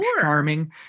charming